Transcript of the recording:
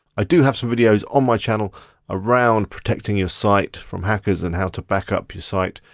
i do have some videos on my channel around protecting your site from hackers and how to back up your site.